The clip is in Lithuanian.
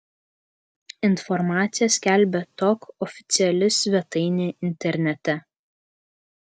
informaciją skelbia tok oficiali svetainė internete